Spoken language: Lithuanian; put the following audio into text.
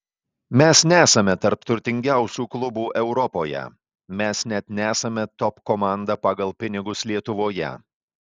mes nesame tarp turtingiausių klubų europoje mes net nesame top komanda pagal pinigus lietuvoje